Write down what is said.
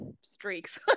streaks